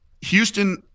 houston